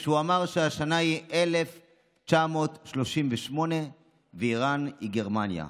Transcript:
כשהוא אמר שהשנה היא 1938 ואיראן היא גרמניה,